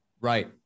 Right